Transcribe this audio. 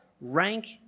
rank